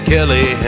Kelly